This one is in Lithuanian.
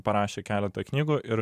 parašė keletą knygų ir